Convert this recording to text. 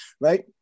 right